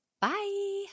Bye